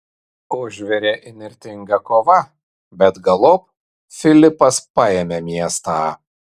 užvirė įnirtinga kova bet galop filipas paėmė miestą